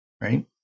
right